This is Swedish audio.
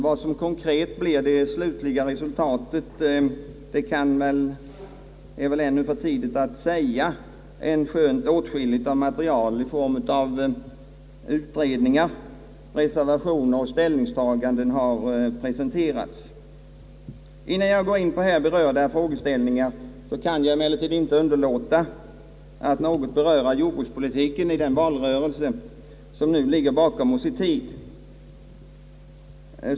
Vad som blir det slutliga konkreta resultatet är det väl ännu för tidigt att säga, änskönt åtskilligt material i form av utredningar, reservationer och ställningstaganden har presenterats. Innan jag går in på här berörda frågeställningar kan jag emellertid inte underlåta att något beröra jordbrukspolitiken i den valrörelse som nu ligger bakom oss i tiden.